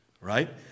right